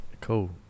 cool